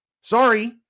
Sorry